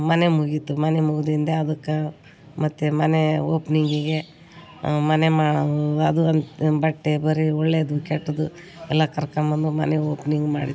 ಮನೆ ಮುಗೀತು ಮನೆ ಮುಗ್ದಿಂದೆ ಅದಕ್ಕೆ ಮತ್ತೆ ಮನೆ ಓಪ್ನಿಂಗಿಗೆ ಮನೆ ಮಾ ಅದು ಅಂತ ಬಟ್ಟೆ ಬರೆ ಒಳ್ಳೆಯದು ಕೆಟ್ಟದ್ದು ಎಲ್ಲ ಕರ್ಕ ಬಂದು ಮನೆ ಓಪ್ನಿಂಗ್ ಮಾಡಿ